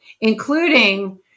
including